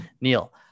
Neil